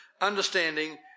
understanding